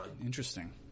Interesting